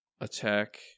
attack